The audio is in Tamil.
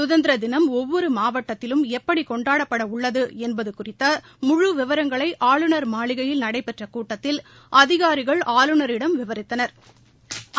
கதந்திர தினம் ஒவ்வொரு மாவட்டத்திலும் எப்படி கொண்டாடப்பட உள்ளது என்பது குறித்த முழு விபரங்களை ஆளுநர் மாளிகையில் நடைபெற்ற கூட்டத்தில் அதிகாரிகள் ஆளுநரிடம் விவரித்தனா்